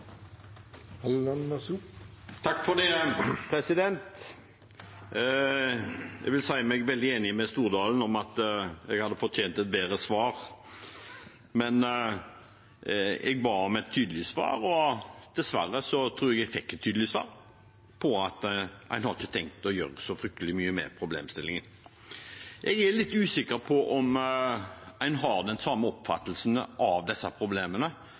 Jeg vil si meg veldig enig med representanten Stordalen i at jeg hadde fortjent et bedre svar. Jeg ba om et tydelig svar, og dessverre tror jeg at jeg fikk et tydelig svar, at en ikke har tenkt å gjøre så fryktelig mye med problemstillingen. Jeg er litt usikker på om en har den samme oppfattelsen av disse problemene